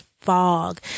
fog